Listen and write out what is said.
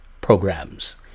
programs